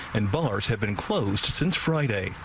and bars have been closed since friday.